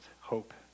hope